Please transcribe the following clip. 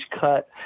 cut